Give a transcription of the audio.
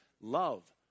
Love